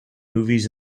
movies